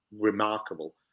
remarkable